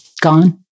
gone